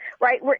Right